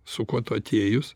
su kuo tu atėjus